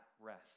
rest